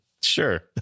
sure